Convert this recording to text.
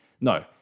No